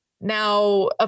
now